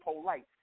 Polite